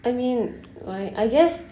I mean like I guess